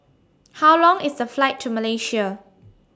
How Long IS The Flight to Malaysia